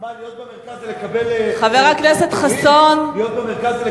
להיות במרכז ולקבל, מה זה אומר?